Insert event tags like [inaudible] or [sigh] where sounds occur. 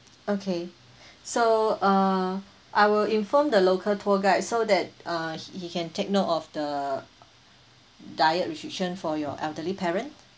okay [breath] so uh I will inform the local tour guide so that uh he he can take note of the diet restriction for your elderly parent